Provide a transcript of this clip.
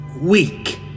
weak